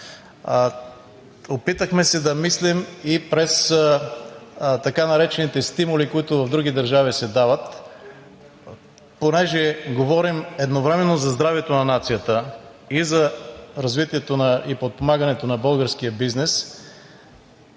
Опитахме се да мислим и през така наречените стимули, които се дават в други държави. Понеже говорим едновременно за здравето на нацията и за развитието и подпомагането на българския бизнес,